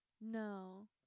No